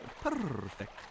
Perfect